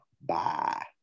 Bye